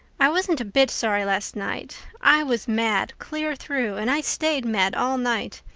i wasn't a bit sorry last night. i was mad clear through, and i stayed mad all night.